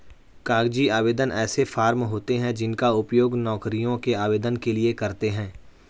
कागजी आवेदन ऐसे फॉर्म होते हैं जिनका उपयोग नौकरियों के आवेदन के लिए करते हैं